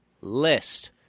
List